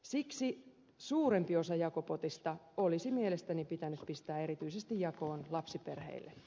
siksi suurempi osa jakopotista olisi mielestäni pitänyt pistää erityisesti jakoon lapsiperheille